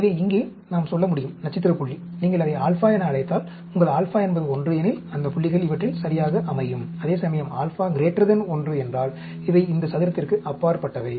எனவே இங்கே நாம் சொல்ல முடியும் நட்சத்திர புள்ளி நீங்கள் அதை α என அழைத்தால் உங்கள் α என்பது 1 எனில் அந்த புள்ளிகள் இவற்றில் சரியாக அமையும் அதேசமயம் α 1 என்றால் அவை இந்த சதுரத்திற்கு அப்பாற்பட்டவை